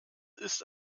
ist